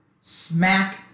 smack